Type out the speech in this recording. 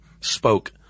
spoke